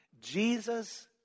Jesus